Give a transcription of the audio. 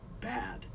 bad